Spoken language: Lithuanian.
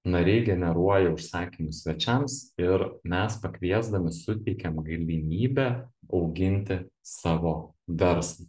nariai generuoja užsakymus svečiams ir mes pakviesdami suteikiam galimybę auginti savo verslą